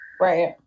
Right